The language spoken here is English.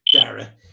dara